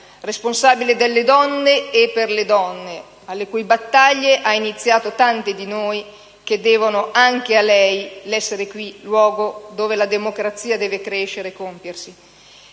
responsabile delle donne e per le donne, alle cui battaglie ha iniziato tante di noi, che devono anche a lei l'essere qui, nel luogo in cui la democrazia deve crescere e compiersi.